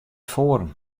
foaren